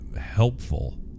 helpful